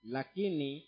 Lakini